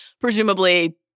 presumably